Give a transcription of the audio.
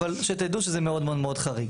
אבל שתדעו שזה מאוד מאוד חריג.